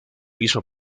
mismo